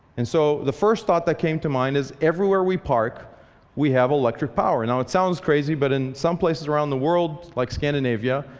and so the first thought that came to mind is, everywhere we park we have electric power. now it sounds crazy. but in some places around the world, like scandinavia,